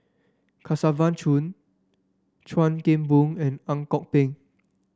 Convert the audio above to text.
Kesavan Chuan Keng Boon and Ang Kok Peng